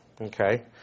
okay